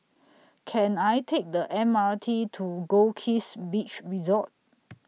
Can I Take The M R T to Goldkist Beach Resort